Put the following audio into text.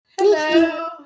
Hello